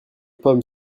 pomme